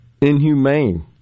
inhumane